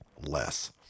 less